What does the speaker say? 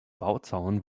bauzaun